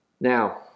Now